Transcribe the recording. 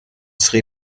sri